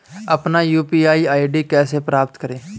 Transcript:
अपना UPI ID कैसे प्राप्त करें?